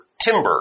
timber